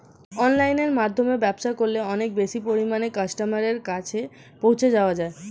অনলাইনের মাধ্যমে ব্যবসা করলে অনেক বেশি পরিমাণে কাস্টমারের কাছে পৌঁছে যাওয়া যায়?